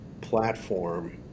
platform